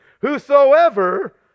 whosoever